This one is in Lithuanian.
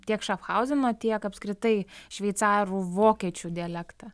tiek šafhauzeno tiek apskritai šveicarų vokiečių dialektą